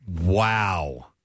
wow